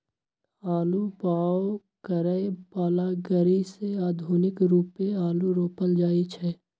आलू बाओ करय बला ग़रि से आधुनिक रुपे आलू रोपल जाइ छै